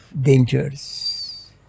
dangers